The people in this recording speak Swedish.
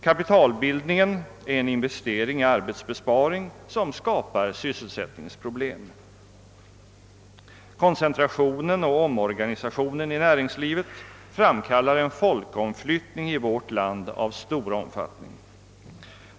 Kapitalbildningen är en investering i arbetsbesparing som skapar sysselsättningsproblem. Koncentrationen och omorganiseringen i näringslivet framkallar en folkomflyttning i vårt land av stor omfattning.